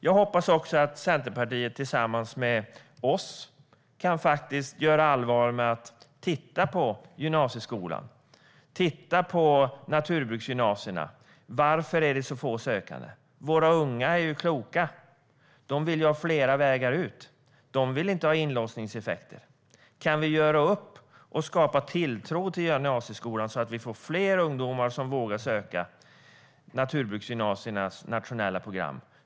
Jag hoppas också att Centerpartiet tillsammans med oss kan göra allvar av att titta på gymnasieskolan och naturbruksgymnasierna. Varför är det så få sökande? Våra unga är kloka. De vill ha flera vägar ut. De vill inte ha några inlåsningseffekter. Kan vi göra upp och skapa tilltro till gymnasieskolan så att fler ungdomar vågar söka naturbruksgymnasiernas nationella program?